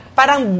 parang